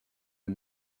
the